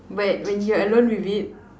when when you're alone with it